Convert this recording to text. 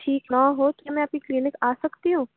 ٹھیک نا ہو تو میں آپ کی کلینک آ سکتی ہوں